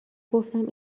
گفتم